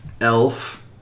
elf